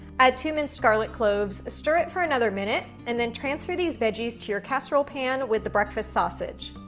add two minced garlic cloves, stir it for another minute, and then transfer these veggies to your casserole pan with the breakfast sausage,